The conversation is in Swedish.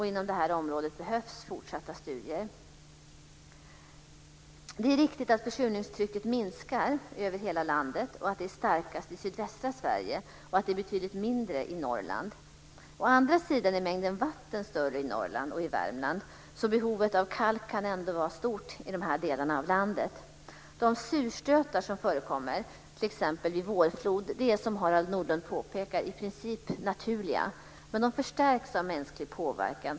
Inom detta område behövs fortsatta studier. Det är riktigt att försurningstrycket minskar över hela landet och att det är starkast i sydvästra Sverige och betydligt mindre i Norrland. Å andra sidan är mängden vatten större i Norrland och i Värmland, så behovet av kalk kan ändå vara stort i de delarna av landet. De surstötar som förekommer t.ex. vid vårflod är, som Harald Nordlund påpekar, i princip naturliga, men de förstärks av mänsklig påverkan.